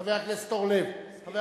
חבר הכנסת אורלב, מסכים.